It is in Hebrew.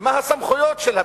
ומה הסמכויות של הבדיקה.